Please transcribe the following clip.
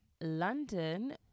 London